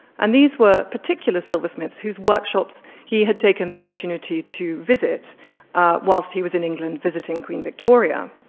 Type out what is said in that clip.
and these were particular silversmiths whose workshops he had taken the opportunity to visit whilst he was in england visiting queen victoria.